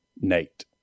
Nate